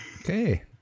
Okay